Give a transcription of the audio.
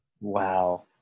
Wow